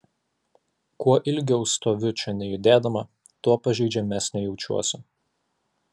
kuo ilgiau stoviu čia nejudėdama tuo pažeidžiamesnė jaučiuosi